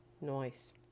noise